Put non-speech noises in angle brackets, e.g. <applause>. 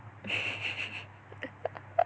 <laughs>